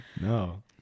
No